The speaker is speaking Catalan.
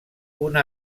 una